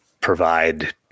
provide